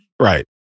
Right